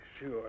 Sure